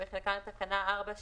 אנחנו חלק מהאופוזיציה, אבל איתכם,